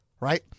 right